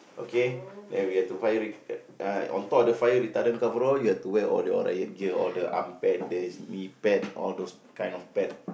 okay then we have to fire re~ uh on top of the fire retardant overall you have to wear all your riot gear all the arm pad the knee pad all those kind of pad